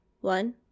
one